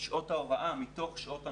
שעות הוראה, גבוהות.